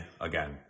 again